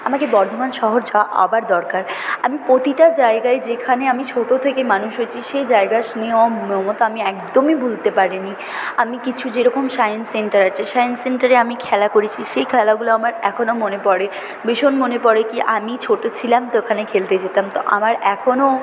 আমাকে বর্ধমান শহর যাওয়া আবার দরকার আমি প্রতিটা জায়গায় যেখানে আমি ছোটো থেকে মানুষ হয়েছি সেই জায়গার স্নেহ মমতা আমি একদমই ভুলতে পারিনি আমি কিছু যেরকম সায়েন্স সেন্টার আছে সায়েন্স সেন্টারে আমি খেলা করেছি সেই খেলাগুলো আমার এখনও মনে পড়ে ভীষণ মনে পড়ে কি আমি ছোটো ছিলাম তো ওখানে খেলতে যেতাম তো আমার এখনও